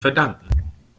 verdanken